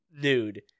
nude